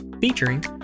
featuring